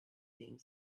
being